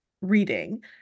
reading